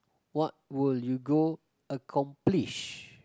what will you go accomplish